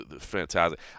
fantastic